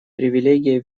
привилегия